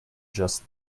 just